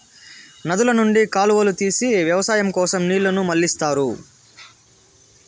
నదుల నుండి కాలువలు తీసి వ్యవసాయం కోసం నీళ్ళను మళ్ళిస్తారు